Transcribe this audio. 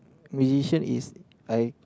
musician is I